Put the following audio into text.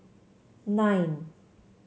nine